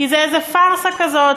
כי זאת פארסה כזאת,